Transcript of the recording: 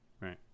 Right